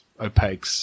Opaque